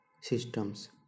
systems